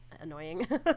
annoying